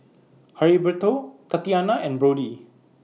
Heriberto Tatyana and Brody